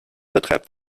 betreibt